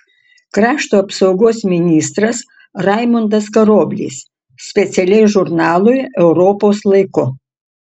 krašto apsaugos ministras raimundas karoblis specialiai žurnalui europos laiku